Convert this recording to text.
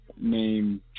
name